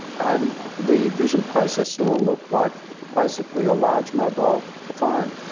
and the vision processor will look like basically a large mobile phone.